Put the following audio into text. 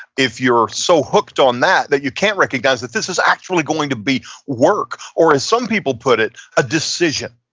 if you're so hooked on that that you can't recognize that this is going to be work, or as some people put it, a decision.